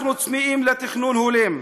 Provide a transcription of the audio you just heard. אנחנו צמאים לתכנון הולם,